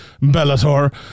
Bellator